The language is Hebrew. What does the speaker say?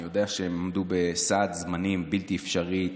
אני יודע שהם עמדו בסד זמנים בלתי אפשרי,